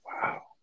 Wow